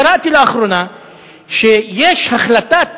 קראתי לאחרונה שיש החלטת